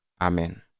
Amen